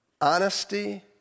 honesty